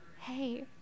hey